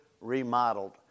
remodeled